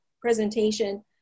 presentation